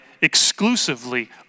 exclusively